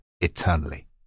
eternally